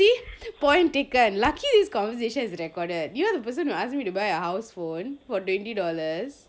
you see point taken and lucky this conversation is the recorded you are the person who ask me to buy a house phone for twenty dollars